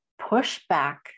pushback